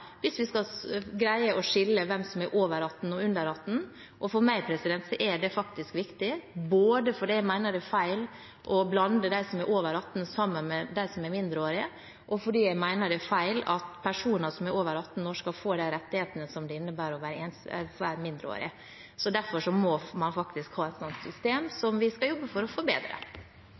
hvis vi skal greie å skille hvem som er over 18 år og under 18 år, og for meg er det faktisk viktig – både fordi jeg mener det er feil å blande dem som er over 18 år, med dem som er mindreårige, og fordi jeg mener det er feil at personer som er over 18 år, skal få de rettighetene som det innebærer å være mindreårig. Derfor må man ha et sånt system, som vi skal jobbe for å forbedre.